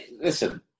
Listen